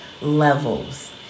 levels